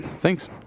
Thanks